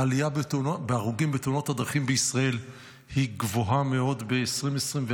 העלייה בהרוגים בתאונות הדרכים בישראל היא גבוהה מאוד ב-2024,